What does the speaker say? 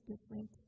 different